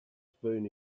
spoon